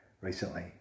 recently